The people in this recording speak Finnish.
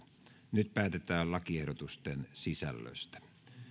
nyt päätetään lakiehdotusten sisällöstä